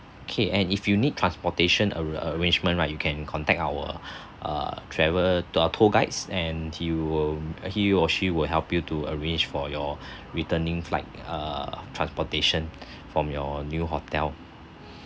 K and if you need transportation a~ arrangement right you can contact our err travel uh tour guides and he will uh he or she will help you to arrange for your returning flight err transportation from your new hotel